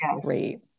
great